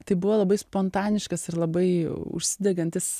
tai buvo labai spontaniškas ir labai užsidegantis